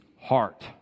heart